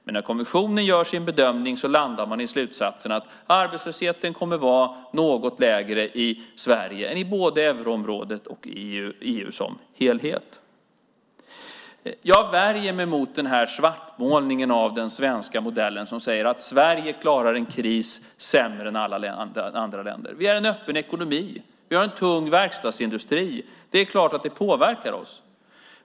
Men när kommissionen gör sin bedömning landar man i slutsatsen att arbetslösheten kommer att vara något lägre i Sverige än i både euroområdet och i EU som helhet. Jag värjer mig mot den här svartmålningen av den svenska modellen som säger att Sverige klarar en kris sämre än alla andra länder. Vi är en öppen ekonomi, och vi har en tung verkstadsindustri. Det är klart att det påverkar oss.